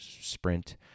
sprint